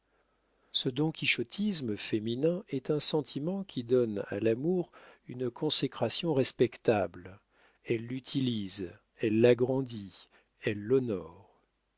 ce donquichottisme féminin est un sentiment qui donne à l'amour une consécration respectable elle l'utilise elle l'agrandit elle l'honore